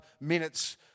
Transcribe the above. minutes